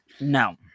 no